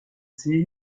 see